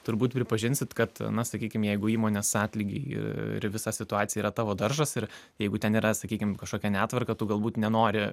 turbūt pripažinsit kad na sakykim jeigu įmonės atlygį ir visa situacija yra tavo daržas ir jeigu ten yra sakykim kažkokia netvarka tu galbūt nenori